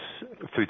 food